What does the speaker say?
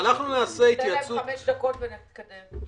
תן להם חמש דקות ונתקדם.